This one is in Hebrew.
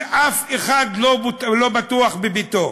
כשאף אחד לא בטוח בביתו.